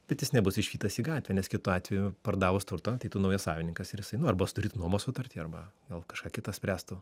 bet jis nebus išvytas į gatvę nes kitu atveju pardavus turtą ateitų naujas savininkas ir jisai nu arba sudarytų nuomos sutartį arba gal kažką kitą spręstų